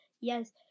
yes